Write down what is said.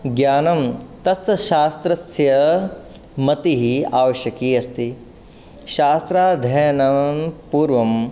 ज्ञानं तस्य शास्त्रस्य मतिः आवश्यकी अस्ति शास्त्राध्ययनं पूर्वं